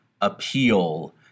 appeal